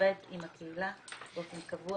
שעובד עם הקהילה באופן קבוע,